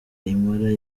impala